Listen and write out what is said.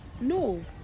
No